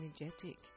energetic